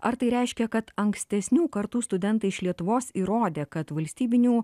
ar tai reiškia kad ankstesnių kartų studentai iš lietuvos įrodė kad valstybinių